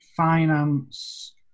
Finance